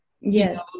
Yes